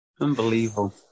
Unbelievable